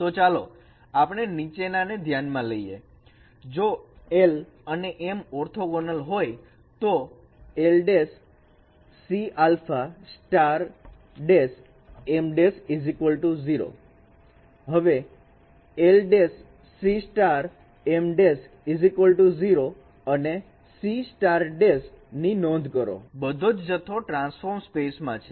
તો ચાલો આપણે નીચેના ને ધ્યાનમાં લઈએ જો l અને m ઓર્થોગોનલ હોય તો હવે l Cm'0 અને C ની નોંધ કરો બધો જ જથ્થો ટ્રાન્સફોર્મ સ્પેસમાં છે